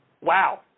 wow